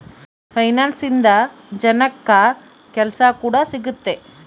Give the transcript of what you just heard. finance ಇಂದ ಜನಕ್ಕಾ ಕೆಲ್ಸ ಕೂಡ ಸಿಗುತ್ತೆ